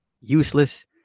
useless